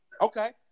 Okay